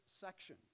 section